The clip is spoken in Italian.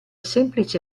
semplice